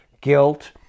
guilt